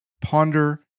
ponder